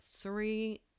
three